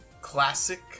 classic